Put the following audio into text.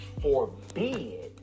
forbid